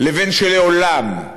ובין שלעולם,